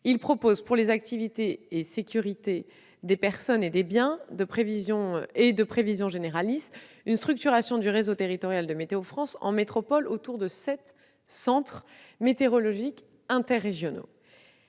Il propose, pour les activités de sécurité des personnes et des biens et de prévision généraliste, une structuration du réseau territorial de Météo-France en métropole autour de sept centres météorologiques interrégionaux.